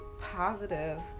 positive